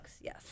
Yes